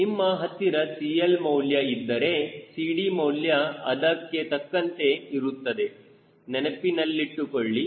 ನಿಮ್ಮ ಹತ್ತಿರ CL ಮೌಲ್ಯ ಇದ್ದರೆ CD ಮೌಲ್ಯ ಅದಕ್ಕೆ ತಕ್ಕಂತೆ ಇರುತ್ತದೆ ನೆನಪಿನಲ್ಲಿಟ್ಟುಕೊಳ್ಳಿ